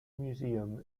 museum